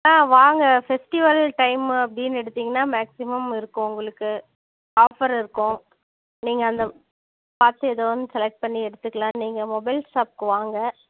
ஆ வாங்க festival time அப்படினு எடுத்தீங்கனால் மேக்ஸிமம் இருக்கும் உங்களுக்கு ஆஃபர் இருக்கும் நீங்கள் அந்த பார்த்து ஏதோ ஒன்று செலக்ட் பண்ணி எடுத்துக்கலாம் நீங்கள் மொபைல்ஸ் ஷாப்க்கு வாங்க